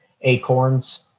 acorns